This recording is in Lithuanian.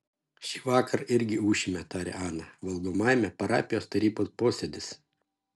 šįvakar irgi ūšime tarė ana valgomajame parapijos tarybos posėdis